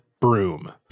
broom